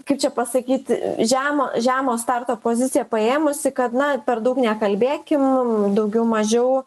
kaip čia pasakyti žemo žemo starto poziciją paėmusi kad na per daug nekalbėkim daugiau mažiau